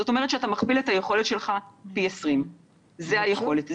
זאת אומרת שאתה מכפיל את היכולת שלך פי 20. זו היכולת.